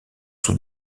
sous